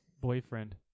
boyfriend